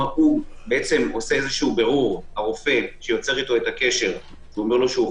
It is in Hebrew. הוא עושה בירור - הרופא שיוצר אתו את הקשר ואומר לו שהוא חולה,